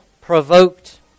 provoked